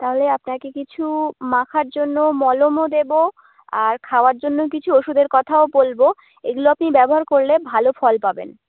তাহলে আপনাকে কিছু মাখার জন্য মলমও দেবো আর খাওয়ার জন্য কিছু ওষুধের কথাও বলবো এগুলো আপনি ব্যবহার করলে ভালো ফল পাবেন